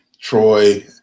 Troy